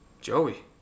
joey